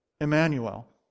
Emmanuel